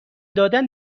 دادن